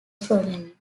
programming